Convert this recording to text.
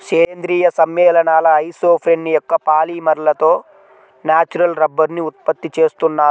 సేంద్రీయ సమ్మేళనాల ఐసోప్రేన్ యొక్క పాలిమర్లతో న్యాచురల్ రబ్బరుని ఉత్పత్తి చేస్తున్నారు